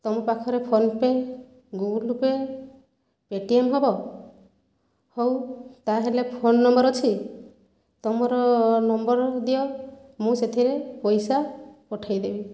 ତୁମ ପାଖରେ PhonePe Google Pay Paytm ହେବ ହେଉ ତା'ହେଲେ ଫୋନ୍ ନମ୍ବର ଅଛି ତୁମର ନମ୍ବର ଦିଅ ମୁଁ ସେଥିରେ ପଇସା ପଠାଇ ଦେବି